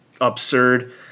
absurd